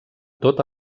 tota